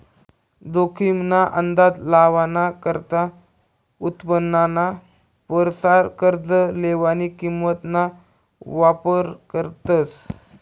जोखीम ना अंदाज लावाना करता उत्पन्नाना परसार कर्ज लेवानी किंमत ना वापर करतस